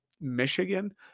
Michigan